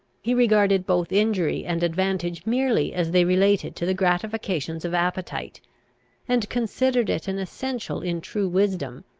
he regarded both injury and advantage merely as they related to the gratifications of appetite and considered it an essential in true wisdom,